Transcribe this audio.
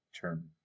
turn